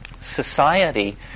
society